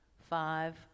five